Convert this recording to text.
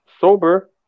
Sober